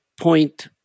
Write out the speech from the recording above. point